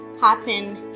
happen